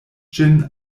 ĝin